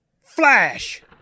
Flash